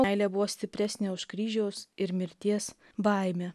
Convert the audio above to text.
meilė buvo stipresnė už kryžiaus ir mirties baimę